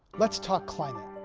let's talk climate